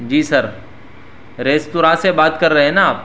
جی sir restaurant سے بات کر رہے ہیں نا آپ